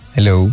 Hello